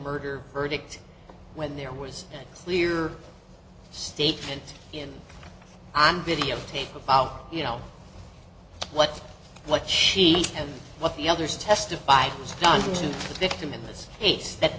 murder verdict when there was clear statement in on videotape about you know what what she what the others testified was